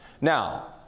Now